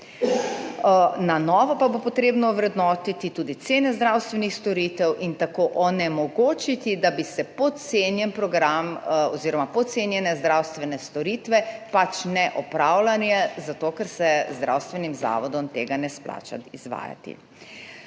Na novo pa bo potrebno ovrednotiti tudi cene zdravstvenih storitev in tako onemogočiti, da bi se podcenjen program oziroma podcenjene zdravstvene storitve, pač ne opravljanje zato, ker se zdravstvenim zavodom tega ne splača izvajati.